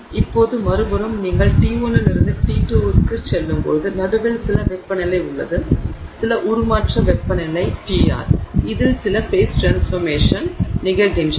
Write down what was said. இப்போது மறுபுறம் நீங்கள் T1 இலிருந்து T2 க்குச் செல்லும்போது நடுவில் சில வெப்பநிலை உள்ளது சில உருமாற்ற வெப்பநிலை Tr இதில் சில ஃபேஸ் ட்ரான்ஸ்ஃபர்மேஷன் நிகழ்கின்றன